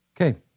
Okay